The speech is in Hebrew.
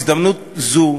בהזדמנות זו,